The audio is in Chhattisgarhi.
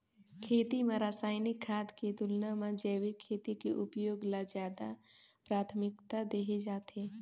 खेती म रसायनिक खाद के तुलना म जैविक खेती के उपयोग ल ज्यादा प्राथमिकता देहे जाथे